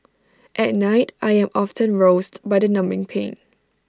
at night I am often roused by the numbing pain